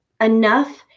enough